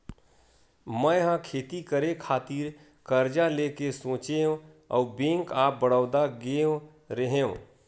मै ह खेती करे खातिर करजा लेय के सोचेंव अउ बेंक ऑफ बड़ौदा गेव रेहेव